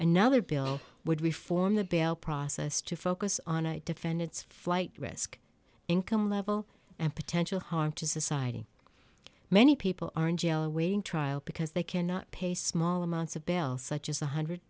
another bill would reform the bail process to focus on a defendant's flight risk income level and potential harm to society many people are in jail awaiting trial because they cannot pay small amounts of bell such as one hundred